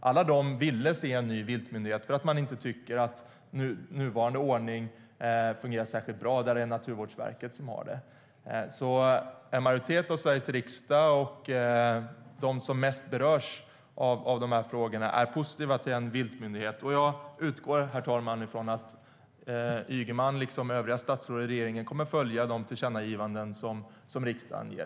Alla de ville se en viltmyndighet eftersom de inte tycker att nuvarande ordning med Naturvårdsverket fungerar särskilt bra. En majoritet av Sveriges riksdag och de som berörs mest av dessa frågor är positiva till en viltmyndighet. Jag utgår, herr talman, från att Ygeman, liksom övriga statsråd, kommer att följa de tillkännagivanden som riksdagen gör.